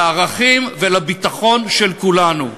לערכים ולביטחון של כולנו.